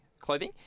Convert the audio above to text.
clothing